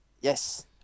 Yes